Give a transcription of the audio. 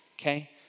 okay